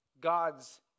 God's